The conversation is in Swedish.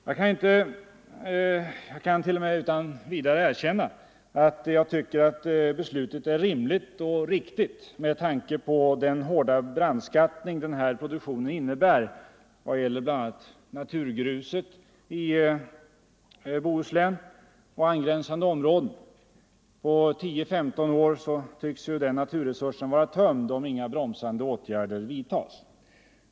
Jag kan t.o.m. utan vidare erkänna att jag tycker att beslutet är rimligt och riktigt med tanke på den hårda brandskattning som produktionen av oljeplattformar innebär när det gäller bl.a. naturgruset i Bohuslän och angränsande områden. Om 10-15 år kommer, tycks det, den naturresursen att vara tömd om inga bromsande åtgärder vidtas.